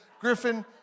Griffin